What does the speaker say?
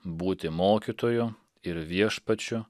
būti mokytoju ir viešpačiu